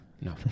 No